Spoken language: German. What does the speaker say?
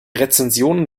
rezensionen